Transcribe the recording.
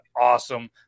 awesome